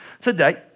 today